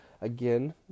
again